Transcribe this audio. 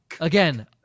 Again